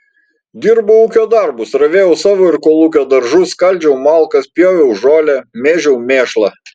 dirbau ūkio darbus ravėjau savo ir kolūkio daržus skaldžiau malkas pjoviau žolę mėžiau mėšlą